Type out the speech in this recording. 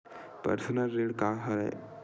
Personal ऋण का हरय?